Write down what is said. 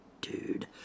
Dude